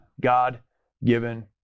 God-given